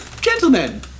gentlemen